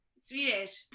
Swedish